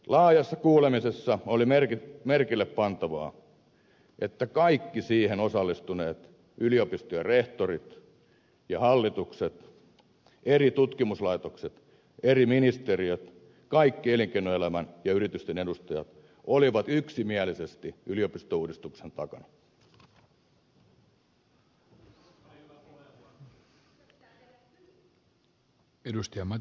laajassa kuulemisessa oli merkillepantavaa että kaikki siihen osallistuneet yliopistojen rehtorit ja hallitukset eri tutkimuslaitokset eri ministeriöt kaikki elinkeinoelämän ja yritysten edustajat olivat yksimielisesti yliopistouudistuksen takana